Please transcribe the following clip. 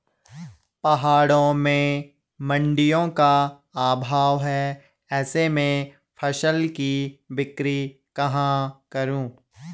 पहाड़ों में मडिंयों का अभाव है ऐसे में फसल की बिक्री कहाँ करूँ?